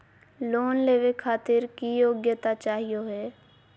Loan लेवे खातीर की योग्यता चाहियो हे?